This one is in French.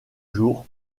jour